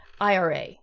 IRA